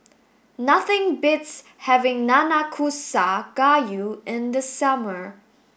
nothing beats having Nanakusa gayu in the summer